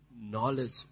knowledge